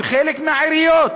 עם חלק מהעיריות,